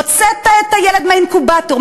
הוצאת את הילד מהאינקובטור,